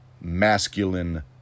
masculine